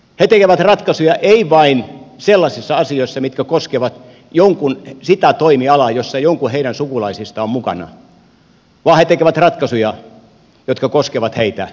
he tekevät ratkaisuja ei vain sellaisissa asioissa mitkä koskevat sitä toimialaa jolla joku heidän sukulaisistaan on mukana vaan he tekevät ratkaisuja jotka koskevat heitä henkilökohtaisesti